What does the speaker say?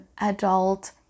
adult